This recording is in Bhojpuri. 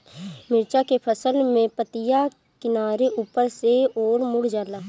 मिरचा के फसल में पतिया किनारे ऊपर के ओर मुड़ जाला?